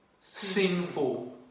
sinful